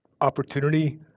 opportunity